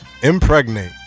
impregnate